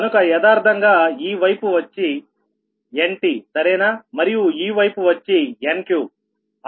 కనుక యదార్ధంగా ఈ వైపు వచ్చి Ntసరేనా మరియు ఈ వైపు వచ్చి Nq